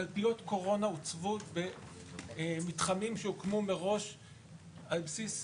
קלפיות קורונה הוצבו במתחמים שהוקמו מראש על בסיס